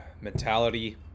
mentality